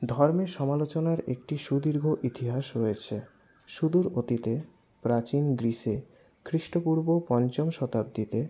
ধর্মের সমালোচনার একটি সুদীর্ঘ ইতিহাস রয়েছে সুদূর অতীতে প্রাচীন গ্রিসে খ্রিস্টপূর্ব পঞ্চম শতাব্দীতে